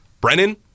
Brennan